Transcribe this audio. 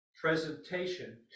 presentation